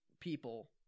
people